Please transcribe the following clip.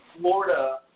Florida